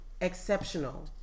exceptional